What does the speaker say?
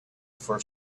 for